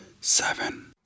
seven